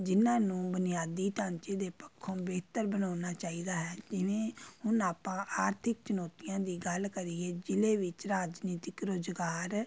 ਜਿਨ੍ਹਾਂ ਨੂੰ ਬੁਨਿਆਦੀ ਢਾਂਚੇ ਦੇ ਪੱਖੋਂ ਬਿਹਤਰ ਬਣਾਉਣਾ ਚਾਹੀਦਾ ਹੈ ਜਿਵੇਂ ਹੁਣ ਆਪਾਂ ਆਰਥਿਕ ਚੁਣੌਤੀਆਂ ਦੀ ਗੱਲ ਕਰੀਏ ਜ਼ਿਲ੍ਹੇ ਵਿੱਚ ਰਾਜਨੀਤਿਕ ਰੁਜ਼ਗਾਰ